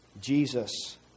Jesus